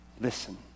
Listen